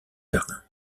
berlin